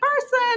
person